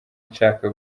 nshaka